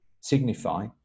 signify